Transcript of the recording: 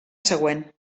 següent